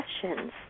questions